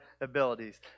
abilities